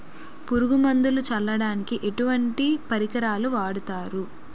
పురుగు మందులు చల్లడానికి ఎటువంటి పరికరం వాడతారు?